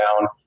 down